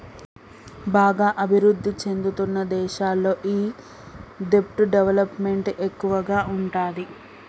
బాగా అభిరుద్ధి చెందుతున్న దేశాల్లో ఈ దెబ్ట్ డెవలప్ మెంట్ ఎక్కువగా ఉంటాది